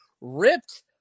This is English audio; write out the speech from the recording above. ripped